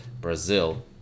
Brazil